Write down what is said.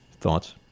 Thoughts